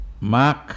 Mark